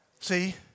See